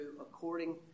according